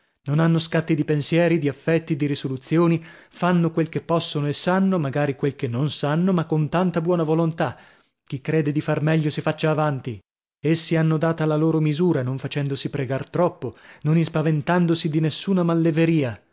non hanno scatti di pensieri di affetti di risoluzioni fanno quel che possono e sanno magari quel che non sanno ma con tanta buona volontà chi crede di far meglio si faccia avanti essi hanno data la loro misura non facendosi pregar troppo non ispaventandosi di nessuna malleveria